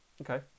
okay